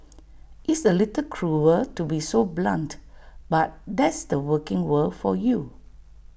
it's A little cruel to be so blunt but that's the working world for you